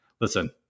listen